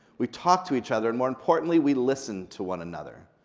we talk to each other, and more importantly, we listen to one another.